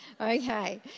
Okay